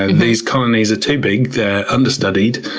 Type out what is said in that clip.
ah these colonies are too big, they're understudied,